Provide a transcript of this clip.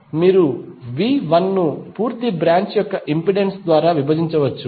మీరు V1 ను పూర్తి బ్రాంచ్ యొక్క ఇంపెడెన్స్ ద్వారా విభజించవచ్చు